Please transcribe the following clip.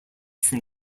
from